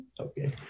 Okay